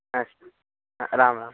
नास्ति राम राम